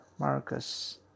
Marcus